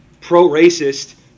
pro-racist